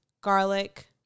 garlic